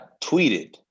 tweeted